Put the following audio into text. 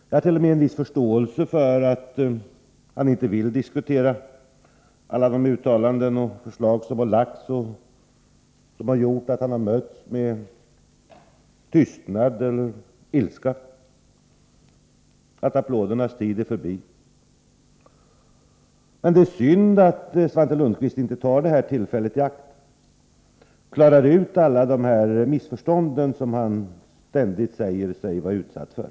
Jag har t.o.m. en viss förståelse för att han inte vill diskutera alla de uttalanden som gjorts och de förslag som lagts fram och som lett till att han har mötts med tystnad eller ilska och till att applådernas tid är förbi. Det är synd att Svante Lundkvist inte tar det här tillfället i akt och klarar ut alla de missförstånd som han ständigt säger sig vara utsatt för.